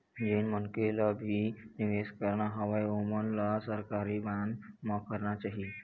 जेन मनखे ल भी निवेस करना हवय ओमन ल सरकारी बांड म करना चाही